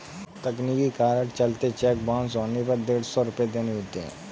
तकनीकी कारण के चलते चेक बाउंस होने पर डेढ़ सौ रुपये देने होते हैं